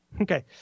Okay